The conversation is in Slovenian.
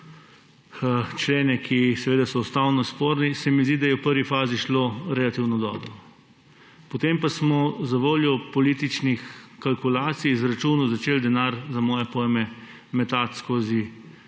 člene, ki so ustavno sporni, se mi zdi, da je v prvi fazi šlo relativno dobro. Potem pa smo zavoljo političnih kalkulacij, izračunov začeli denar za moje pojme metati skozi